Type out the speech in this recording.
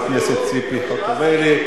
תודה לחברת הכנסת ציפי חוטובלי.